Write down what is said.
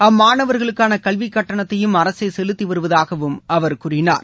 அம்மாணவர்களுக்கான கல்விக் கட்டணத்தையும் அரசே செலுத்தி வருவதாக அவர் கூறினார்